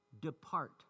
Depart